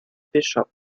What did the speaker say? bishop